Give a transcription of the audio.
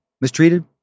mistreated